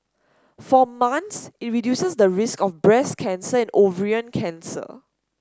for man's it reduces the risk of breast cancer and ovarian cancer